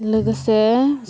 लोगोसे